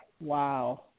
Wow